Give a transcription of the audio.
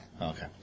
Okay